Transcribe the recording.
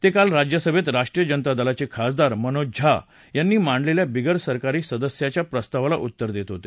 ते काल राज्यसभेत राष्ट्रीय जनता दलाचे खासदार मनोज झा यांनी मांडलेल्या बिगरसरकारी सदस्याच्या प्रस्तावाला उत्तर देत होते